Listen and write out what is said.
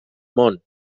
món